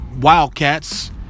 Wildcats